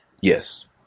Yes